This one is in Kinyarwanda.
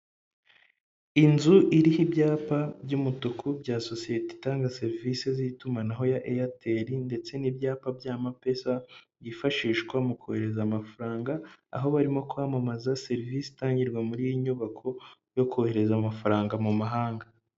Inzu iriho ibyapa by'umutuku bya sosiyete itanga serivisi z'itumanaho ya Eyateri ndetse n'ibyapa bya mapesa, byifashishwa mu kohereza amafaranga, aho barimo kwamamaza serivisi itangirwa muri iyi nyubako yo kohereza amafaranga mu mahanga.